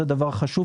זה דבר חשוב.